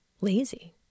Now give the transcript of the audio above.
lazy